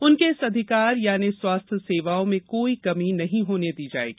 उनके इस अधिकार यानि स्वास्थ्य सुविधाओं में कोई कमी नहीं होने दी जाएगी